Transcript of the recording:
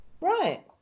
Right